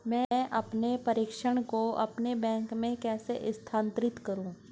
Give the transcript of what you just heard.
मैं अपने प्रेषण को अपने बैंक में कैसे स्थानांतरित करूँ?